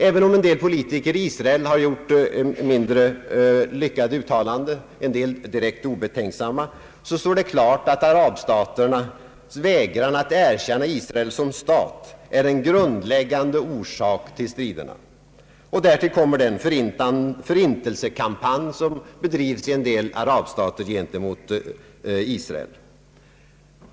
Även om en del politiker i Israel har gjort mindre lyckade, en del direkt obetänksamma, uttalanden, står det klart att arabstaternas vägran att erkänna Israel som stat är en grundläggande orsak till striderna. Därtill kommer den förintelsekampanj, som bedrivs i en del arabstater gentemot Israel.